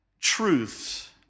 truths